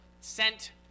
sent